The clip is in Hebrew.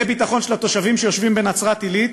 זה ביטחון של התושבים שיושבים בנצרת-עילית,